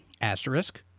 Asterisk